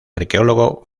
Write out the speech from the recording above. arqueólogo